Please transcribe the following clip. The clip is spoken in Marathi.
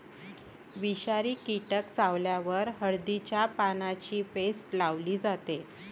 विषारी कीटक चावल्यावर हळदीच्या पानांची पेस्ट लावली जाते